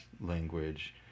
language